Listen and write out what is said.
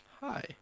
Hi